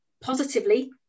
positively